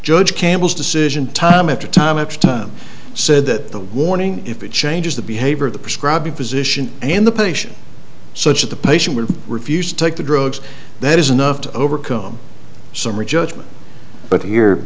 judge campbell's decision time after time after time said that the warning if it changes the behavior of the prescribing physician and the patient such that the patient will refuse to take the drugs that is enough to overcome summary judgment but here